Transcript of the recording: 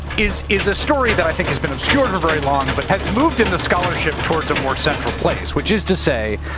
is is a story that i think has been obscured for very long but has moved in the scholarship towards a more central place. which is to say,